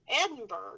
Edinburgh